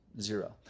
Zero